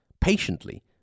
patiently